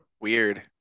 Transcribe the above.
Weird